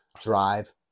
drive